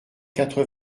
quatre